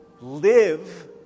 live